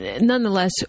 Nonetheless